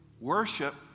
Worship